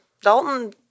Dalton